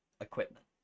equipment